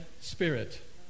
spirit